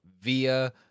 via